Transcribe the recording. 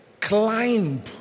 climb